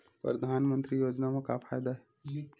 परधानमंतरी योजना म का फायदा?